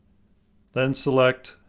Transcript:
then select,